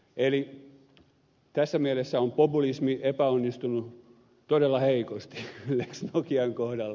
eli tässä mielessä on populismi onnistunut todella heikosti lex nokian kohdalla